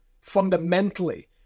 fundamentally